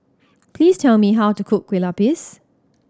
please tell me how to cook Kueh Lapis